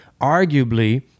Arguably